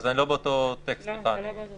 אז אני לא באותו טקסט שלך.